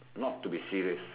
not to be serious